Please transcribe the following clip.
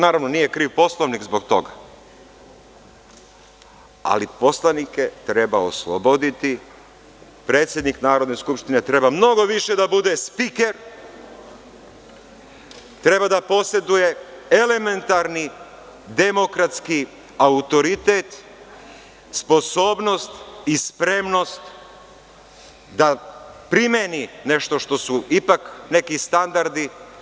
Naravno, nije kriv Poslovnik zbog toga, ali poslanike treba osloboditi, predsednik Narodne skupštine treba mnogo više da bude spiker, treba da poseduje elementarni demokratski autoritet, sposobnost i spremnost da primeni nešto što su ipak neki standardi.